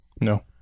no